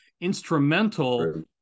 instrumental